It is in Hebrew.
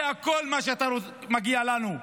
זה כל מה שמגיע לנו.